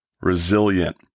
resilient